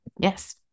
Yes